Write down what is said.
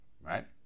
right